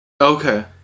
Okay